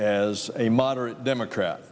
as a moderate democrat